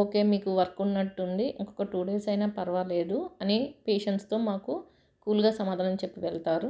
okay మీకు work ఉన్నట్టు ఉంది ఇంకొక టూ డేస్ అయినా పర్వాలేదు అని పేషెంట్స్తో మాకు కూల్గా సమాధానం చెప్పి వెళతారు